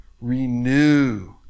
Renew